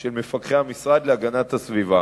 של מפקחי המשרד להגנת הסביבה.